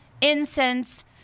incense